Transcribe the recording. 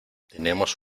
tenemos